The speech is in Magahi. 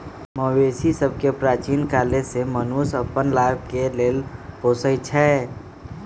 मवेशि सभके प्राचीन काले से मनुष्य अप्पन लाभ के लेल पोसइ छै